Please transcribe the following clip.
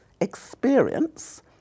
experience